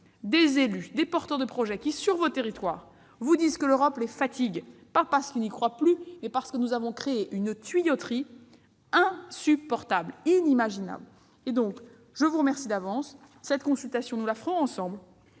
des élus, des porteurs de projets, qui, sur vos territoires, vous disent que l'Europe les fatigue, non parce qu'ils n'y croient plus, mais parce que nous avons créé une tuyauterie insupportable et inimaginable ! Je vous remercie par avance. Cette consultation, nous la ferons ensemble.